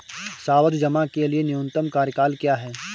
सावधि जमा के लिए न्यूनतम कार्यकाल क्या है?